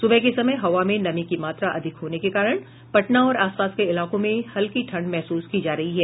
सुबह के समय हवा में नमी की मात्रा अधिक होने के कारण पटना और आसपास के इलाकों में हल्की ठंड महसूस की जा रही है